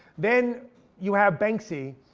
then you have banksy,